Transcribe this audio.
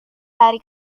hari